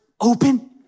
open